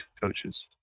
coaches